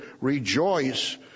Rejoice